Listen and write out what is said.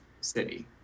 city